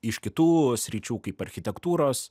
iš kitų sričių kaip architektūros